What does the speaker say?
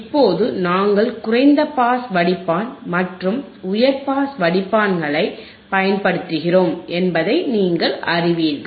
இப்போது நாங்கள் குறைந்த பாஸ் வடிப்பான் மற்றும் உயர் பாஸ் வடிப்பான்கள் ஐ பயன்படுத்துகிறோம் என்பதை நீங்கள் அறிவீர்கள்